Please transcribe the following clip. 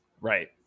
Right